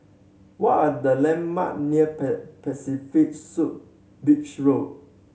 what are the landmarks near Pan Pacific Suites Beach Road